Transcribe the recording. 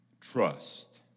trust